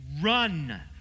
run